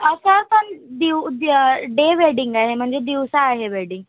असा पण दिव द्या डे वेडिंग आहे म्हणजे दिवसा आहे वेडिंग